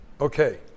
Okay